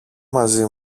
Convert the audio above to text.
μαζί